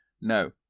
No